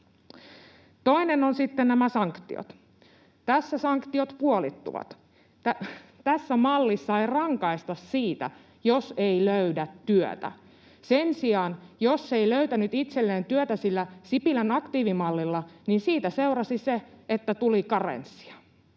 Toinen on sitten nämä sanktiot. Tässä sanktiot puolittuvat. Tässä mallissa ei rangaista siitä, jos ei löydä työtä. Sen sijaan jos ei löytänyt itselleen työtä sillä Sipilän aktiivimallilla, niin siitä seurasi se, että tuli karenssia.